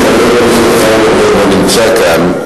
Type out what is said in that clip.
חבר הכנסת חיים אורון לא נמצא כאן,